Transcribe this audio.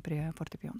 prie fortepijono